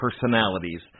personalities